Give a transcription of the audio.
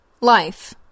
Life